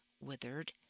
withered